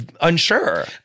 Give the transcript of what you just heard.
unsure